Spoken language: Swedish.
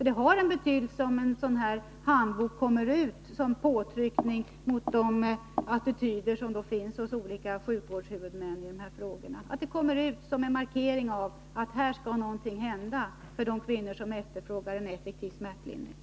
Det har betydelse om en sådan här handbok kommer ut som påtryckning mot de attityder som tydligen finns hos olika sjukvårdshuvudmän i de här frågorna, som en markering av att någonting skall hända för de kvinnor som efterfrågar en effektiv smärtlindring.